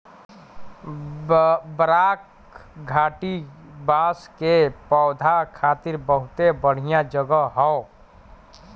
बराक घाटी बांस के पौधा खातिर बहुते बढ़िया जगह हौ